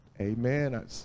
Amen